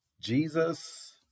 Jesus